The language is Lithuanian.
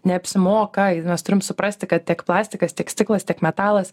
neapsimoka nes turim suprasti kad tiek plastikas tiek stiklas tiek metalas